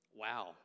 Wow